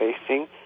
facing